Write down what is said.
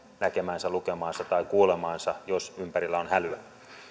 näkemäänsä lukemaansa tai kuulemaansa jos ympärillä on hälyä